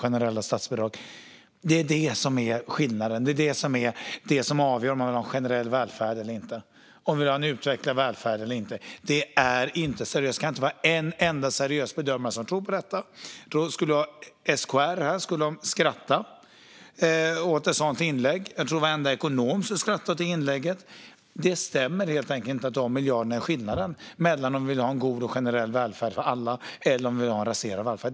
Att påstå att det är det som är skillnaden, att det är det som avgör om man vill ha en generell välfärd eller inte och om man vill ha en utvecklad välfärd eller inte, är inte seriöst. Det kan inte vara en enda seriös bedömare som tror på detta. Om SKR var här skulle de skratta åt ett sådant påstående. Jag tror att varenda ekonom skulle skratta åt det. Det stämmer helt enkelt inte att de miljarderna är skillnaden mellan om vi vill ha en god och generell välfärd för alla och om vi vill ha en raserad välfärd.